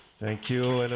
thank you and